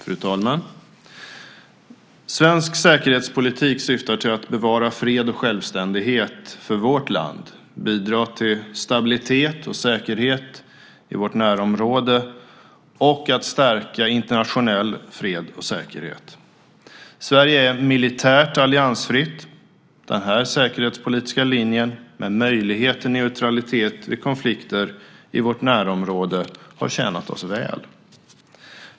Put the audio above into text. Fru talman! Svensk säkerhetspolitik syftar till att bevara fred och självständighet för vårt land, bidra till stabilitet och säkerhet i vårt närområde och stärka internationell fred och säkerhet. Sverige är militärt alliansfritt. Den här säkerhetspolitiska linjen, med möjlighet till neutralitet vid konflikter i vårt närområde, har tjänat oss väl.